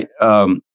Right